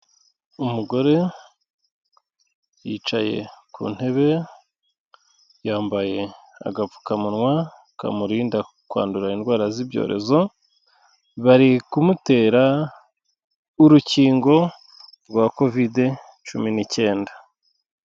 Umugore yicaye ku ntebe yambaye agapfukamunwa kamurinda kwandura indwara z'ibyorezo, bari kumutera urukingo rwa covid cumi n'icyenda.